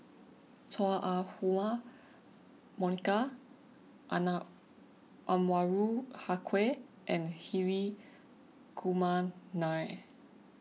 Chua Ah Huwa Monica Anwarul Haque and Hri Kumar Nair